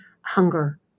hunger